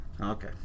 Okay